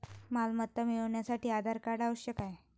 मालमत्ता मिळवण्यासाठी आधार कार्ड आवश्यक आहे